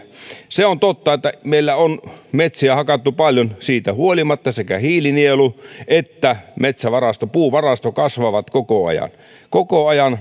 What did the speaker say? se on totta että meillä on metsiä hakattu paljon siitä huolimatta sekä hiilinielu että metsävarasto puuvarasto kasvaa koko ajan koko ajan